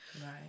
Right